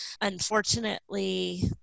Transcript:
Unfortunately